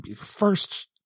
first